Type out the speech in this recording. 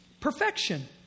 Perfection